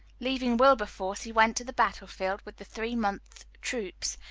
leaving wilberforce, he went to the battle-field with the three months troops,